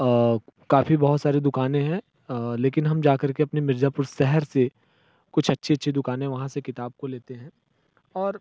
काफ़ी बहुत सारी दुकाने हैं लेकिन हम जाकर के अपने मिर्ज़ापुर शहर से कुछ अच्छे अच्छे दुकानें वहाँ से किताब को लेते हैं और